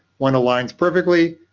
one aligns perfectly,